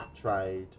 trade